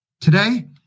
Today